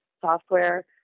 software